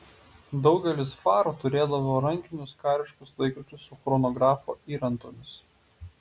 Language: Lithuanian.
daugelis farų turėdavo rankinius kariškus laikrodžius su chronografo įrantomis